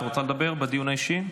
את רוצה לדבר בדיון האישי?